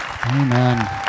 Amen